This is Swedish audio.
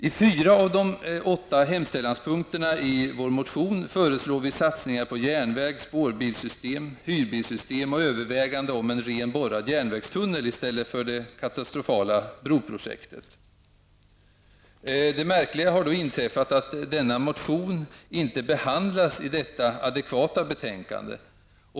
I fyra av de åtta hemställanspunkterna i vår motion föreslår vi satsningar på järnväg, spårbilssystem, hyrbilssystem och övervägande om en ren borrad järnvägstunnel i stället för det katastrofala broprojektet. Det märkliga har då inträffat att denna motion inte behandlas i detta adekvata betänkande.